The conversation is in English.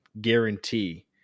guarantee